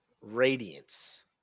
Radiance